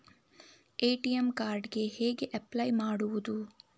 ATM card ಗೆ ಹೇಗೆ apply ಮಾಡುವುದು?